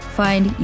find